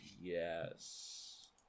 Yes